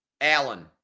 Allen